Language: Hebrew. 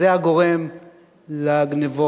זה הגורם לגנבות.